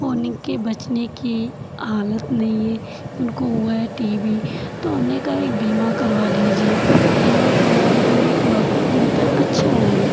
उनके बचने की हालत नहीं है उनको हुआ है टी बी तो हमने कहा एक बीमा करवा लीजिए बीमा करवा लेंगे तो आपको बेहतर अच्छा होगा